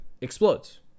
explodes